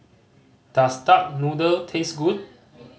does duck noodle taste good